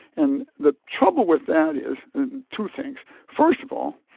and the trouble with that is two things. first of all,